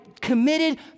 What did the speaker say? committed